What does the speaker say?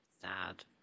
Sad